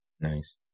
Nice